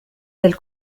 del